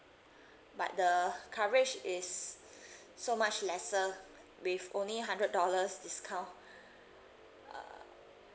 but the coverage is so much lesser with only hundred dollars discount uh